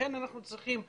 לכן אנחנו צריכים תוכנית.